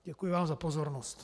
Děkuji vám za pozornost.